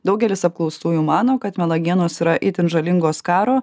daugelis apklaustųjų mano kad melagienos yra itin žalingos karo